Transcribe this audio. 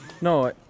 No